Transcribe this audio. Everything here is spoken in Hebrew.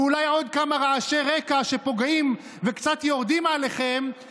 ואולי עוד כמה רעשי רקע שפוגעים וקצת יורדים עליכם,